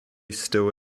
still